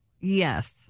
Yes